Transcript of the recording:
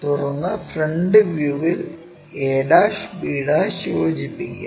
തുടർന്ന് ഫ്രണ്ട് വ്യൂവിൽ ab യോജിപ്പിക്കുക